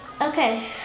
Okay